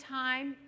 time